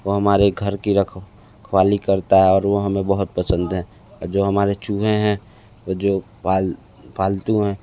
वो हमारे घर की रखवाली करता है और वो हमें बहुत पसंद है जो हमारे चूहे हैं वो जो पाल पालतू हैं